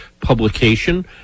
publication